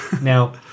Now